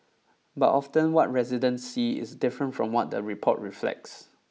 but often what residents see is different from what the report reflects